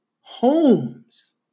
Homes